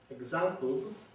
examples